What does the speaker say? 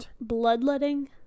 Bloodletting